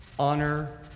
Honor